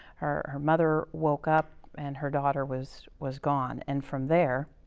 her her mother woke up, and her daughter was was gone. and from there,